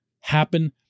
happen